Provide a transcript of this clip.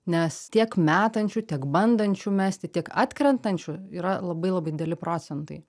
nes tiek metančių tiek bandančių mesti tiek atkrentančių yra labai labai dideli procentai